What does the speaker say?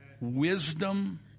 wisdom